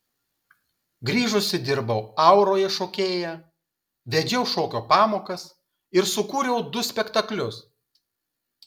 grįžusi dirbau auroje šokėja vedžiau šokio pamokas ir sukūriau du spektaklius